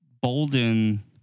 bolden